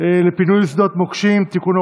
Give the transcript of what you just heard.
לפינוי שדות מוקשים (תיקון,